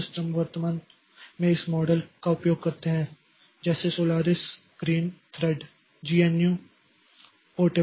कुछ सिस्टम वर्तमान में इस मॉडल का उपयोग करते हैं जैसे Solaris green thread GNU portable thread